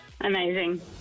Amazing